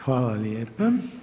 Hvala lijepa.